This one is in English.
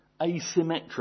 asymmetric